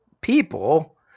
people